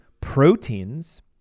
proteins